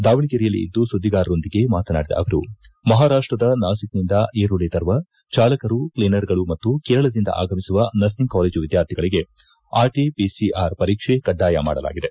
ದಾವಣಗೆರೆಯಲ್ಲಿಂದು ಸುದ್ದಿಗಾರರೊಂದಿಗೆ ಮಾತನಾಡಿದ ಅವರು ಮಹಾರಾಷ್ಟದ ನಾಸಿಕ್ನಿಂದ ಈರುಳ್ಳಿ ತರುವ ಚಾಲಕರು ಕ್ಷಿನರ್ಗಳು ಮತ್ತು ಕೇರಳದಿಂದ ಆಗಮಿಸುವ ನರ್ಹಿಂಗ್ ಕಾಲೇಜು ವಿದ್ಕಾರ್ಥಿಗಳಿಗೆ ಆರ್ಟಪಿಸಿಆರ್ ಪರೀಕ್ಷೆ ಕಡ್ಡಾಯ ಮಾಡಲಾಗಿದೆ